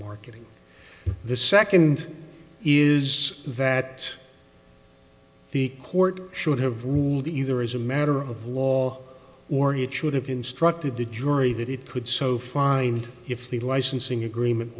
marketing the second is that the court should have ruled either as a matter of law or it should have instructed the jury that it could so find if the licensing agreement